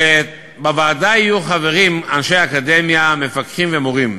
בוועדה יהיו חברים אנשי אקדמיה, מפקחים ומורים.